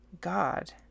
god